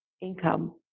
income